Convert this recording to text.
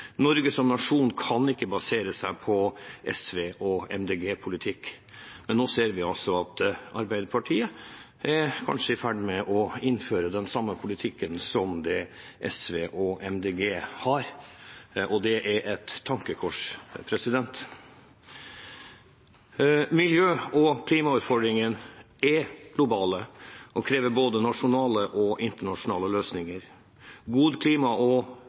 Norge som nasjon kan ikke basere seg på SV- og MDG-politikk. Men nå ser vi at Arbeiderpartiet kanskje er i ferd med å innføre den samme politikken som SV og MDG har, og det er et tankekors. Miljø- og klimautfordringen er global og krever både nasjonale og internasjonale løsninger. God klima- og